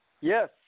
Yes